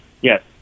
yes